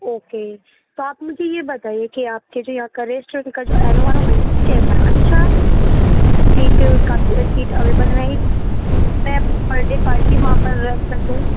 okay تو آپ مجھے یہ بتائیے کہ آپ کے جو یہاں کا ریسٹورینٹ کا جو انوائرومنٹ ہے وہ کیسا اچھا سیٹیں کافی سیٹ اویلیبل ہے میں اپنی برتھ ڈے پارٹی وہاں پر رکھ سکوں